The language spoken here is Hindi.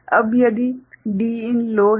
अब यदि Din लो है